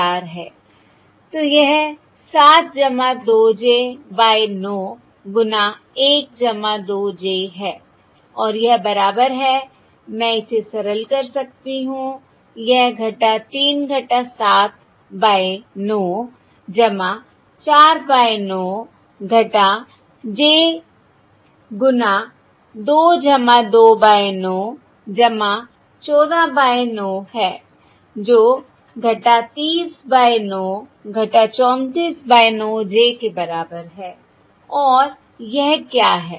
तो यह 7 2j by 9 गुना 1 2 j है और यह बराबर है मैं इसे सरल कर सकती हूं यह 3 - 7 बाय 9 4 बाय 9 j गुणा 2 2 बाय 9 14 बाय 9 है जो - 30 बाय 9 34 बाय 9 j के बराबर है और यह क्या है